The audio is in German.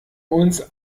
uns